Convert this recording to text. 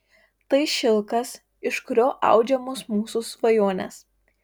tai šilkas iš kurio audžiamos mūsų svajonės